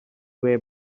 way